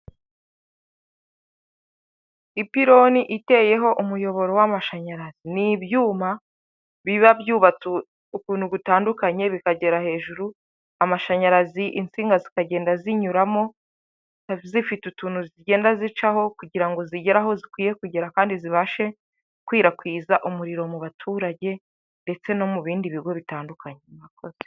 Ipironi iteyeho umuyoboro w'amashanyarazi n'ibyuma biba byubatse ukuntu gutandukanye bikagera hejuru amashanyarazi insinga zikagenda zinyuramo zifite utuntu zigenda zicaho kugira ngo zigere aho zikwiye kugera kandi zibashe gukwirakwiza umuriro mu baturage ndetse no mu bindi bigo bitandukanye.